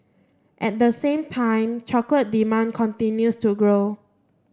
at the same time chocolate demand continues to grow